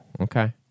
Okay